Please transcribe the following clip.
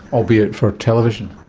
albeit for television?